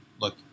look